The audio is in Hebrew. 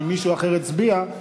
שמישהו אחר הצביע,